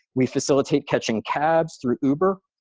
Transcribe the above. we facilitate catching cabs through uber.